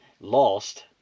lost